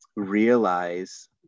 realize